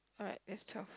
alright that's twelve